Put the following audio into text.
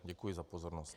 Děkuji za pozornost.